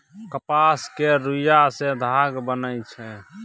कपास केर रूइया सँ धागा बनइ छै